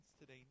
today